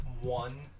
one